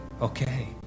Okay